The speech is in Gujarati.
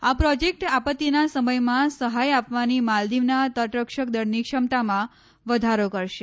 આ પ્રોજેક્ટ આપત્તીના સમયમાં સહાય આપવાની માલદીવના તટરક્ષક દળની ક્ષમતામાં વધારો કરશે